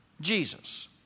Jesus